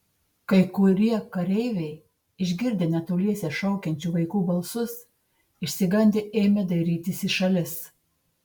kai kurie kareiviai išgirdę netoliese šaukiančių vaikų balsus išsigandę ėmė dairytis į šalis